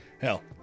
hell